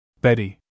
Betty